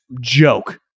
joke